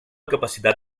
capacitat